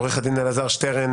עורך הדין אלעזר שטרן,